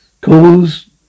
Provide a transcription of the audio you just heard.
cause